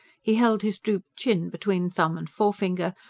he held his drooped chin between thumb and forefinger,